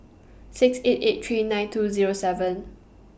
six eight eight three nine two Zero seven